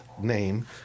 name